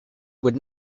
would